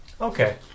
Okay